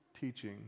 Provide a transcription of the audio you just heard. teaching